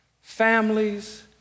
families